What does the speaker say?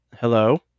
Hello